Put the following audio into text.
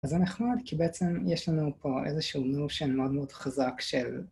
אז זה נחמד כי בעצם יש לנו פה איזשהו notion מאוד מאוד חזק של